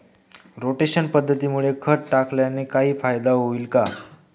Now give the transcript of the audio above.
Rotation पद्धतीमुळे खत टाकल्याने काही फायदा होईल का?